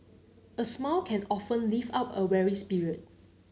a smile can often lift up a weary spirit